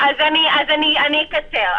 אקצר.